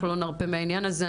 אנחנו לא נרפה מהעניין הזה.